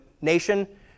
nation